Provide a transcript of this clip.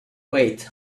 wait